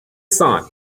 sun